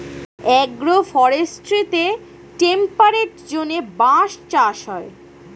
agro ফরেস্ট্রিতে temperate জোনে বাঁশ চাষ হয়